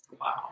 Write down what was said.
Wow